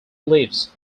leaves